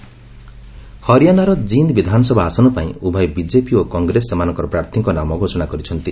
Jind bypoll ହରିୟାଣାର ଜିନ୍ଦ୍ ବିଧାନସଭା ଆସନ ପାଇଁ ଉଭୟ ବିଜେପି ଓ କଂଗ୍ରେସ ସେମାନଙ୍କର ପ୍ରାର୍ଥୀଙ୍କ ନାମ ଘୋଷଣା କରିଛନ୍ତି